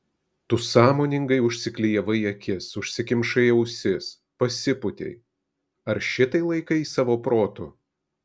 tu sąmoningai užsiklijavai akis užsikimšai ausis pasipūtei ar šitai laikai savo protu